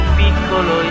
piccolo